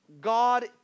God